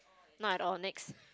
no I don't next